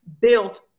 built